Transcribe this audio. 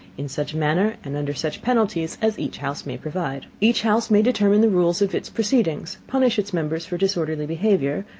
in such manner, and under such penalties as each house may provide. each house may determine the rules of its proceedings, punish its members for disorderly behavior,